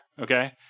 Okay